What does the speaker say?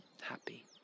Happy